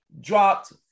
dropped